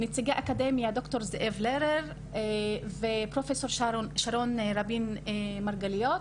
נציגי אקדמיה: ד"ר זאב לרר ופרופ' שרון רבין מרגליות.